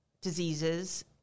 diseases